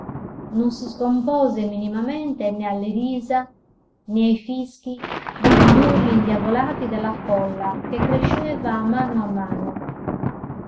non si scompose minimamente né alle risa né ai fischi né a gli urli indiavolati della folla che cresceva a mano a mano